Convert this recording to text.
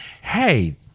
hey